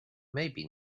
maybe